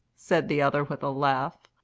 said the other with a laugh.